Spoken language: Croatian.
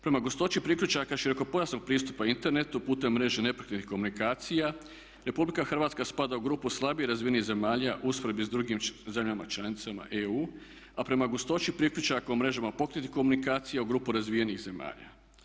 Prema gustoći priključaka širokopojasnog pristupa internetu putem mreže nepokretnih komunikacija RH spada u grupu slabije razvijenih zemalja u usporedbi s dugim zemljama članicama EU, a prema gustoći priključaka u mrežama pokretnih komunikacija u grupu razvijenih zemalja.